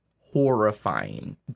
horrifying